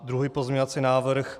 Druhý pozměňovací návrh.